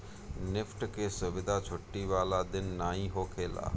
NEFT के सुविधा छुट्टी वाला दिन नाइ होखेला